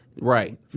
right